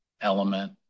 element